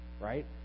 right